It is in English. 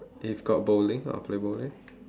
if got bowling I will play bowling